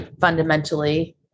fundamentally